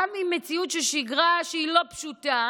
גם עם מציאות של שגרה שהיא לא פשוטה,